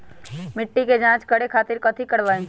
मिट्टी के जाँच करे खातिर कैथी करवाई?